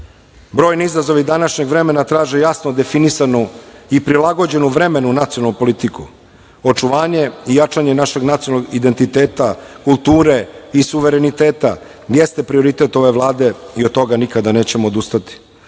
Brojni izazovi današnjeg vremena traže jasno definisanu i prilagođenu vremenu nacionalnu politiku. Očuvanje i jačanje našeg nacionalnog identiteta, kulture i suvereniteta jeste prioritet ove Vlade i od toga nikada nećemo odustati.U